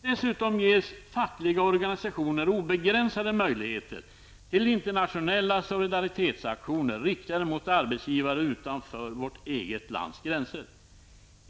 Dessutom ges fackliga organisationer obegränsade möjligheter till internationella solidaritetsaktioner riktade mot arbetsgivare utanför vårt eget lands gränser.